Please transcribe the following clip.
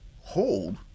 hold